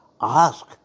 Ask